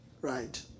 right